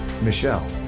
Michelle